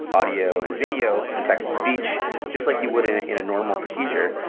audio and video and text speech just like you would in in a normal procedure.